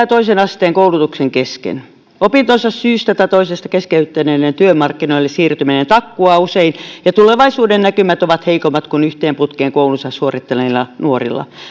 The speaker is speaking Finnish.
toisen asteen koulutuksen kesken opintonsa syystä tai toisesta keskeyttäneillä työmarkkinoille siirtyminen takkuaa usein ja tulevaisuudennäkymät ovat heikommat kuin yhteen putkeen koulunsa suorittaneilla nuorilla